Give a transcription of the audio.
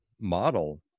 model